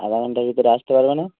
আধা ঘন্টার ভিতরে আসতে পারবে না